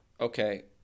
Okay